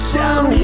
down